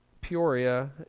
Peoria